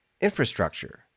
infrastructure